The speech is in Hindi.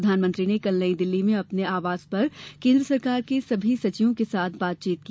प्रधानमंत्री ने कल नई दिल्ली में अपने आवास पर केन्द्र सरकार के सभी सचिवों के साथ बातचीत की